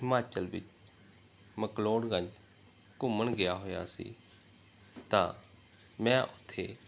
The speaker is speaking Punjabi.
ਹਿਮਾਚਲ ਵਿੱਚ ਮਕਲੋਡਗੰਜ ਘੁੰਮਣ ਗਿਆ ਹੋਇਆ ਸੀ ਤਾਂ ਮੈਂ ਉੱਥੇ